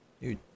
Dude